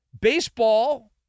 Baseball